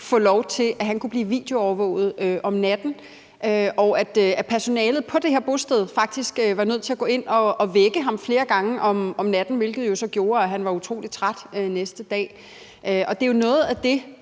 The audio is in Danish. at han kunne blive videoovervåget om natten, og hvor personalet på det her bosted faktisk var nødt til at gå ind at vække ham flere gange om natten, hvilket jo så gjorde, at han var utrolig træt næste dag. Det er jo noget af det,